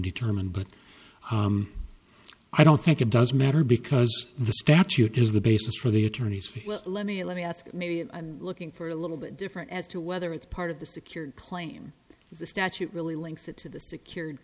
determined but i don't think it does matter because the statute is the basis for the attorneys fees let me let me ask maybe i'm looking for a little bit different as to whether it's part of the secured claim the statute really links it to the secured